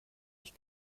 mich